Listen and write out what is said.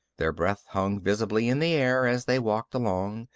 their breath hung visibly in the air as they walked along,